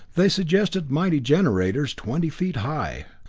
they suggested mighty generators twenty feet high.